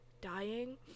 dying